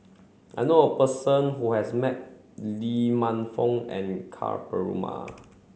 I know a person who has met Lee Man Fong and Ka Perumal